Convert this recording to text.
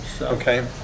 okay